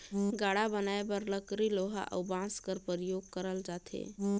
गाड़ा बनाए बर लकरी लोहा अउ बाँस कर परियोग करल जाथे